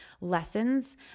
lessons